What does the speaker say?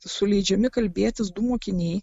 suleidžiami kalbėtis du mokiniai